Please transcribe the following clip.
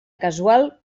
casual